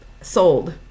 sold